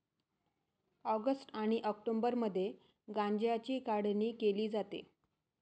August आणि ऑक्टोबरमध्ये गांज्याची काढणी केली जाते